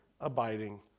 abiding